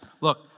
look